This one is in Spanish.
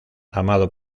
amado